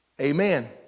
Amen